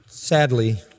sadly